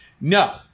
No